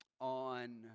on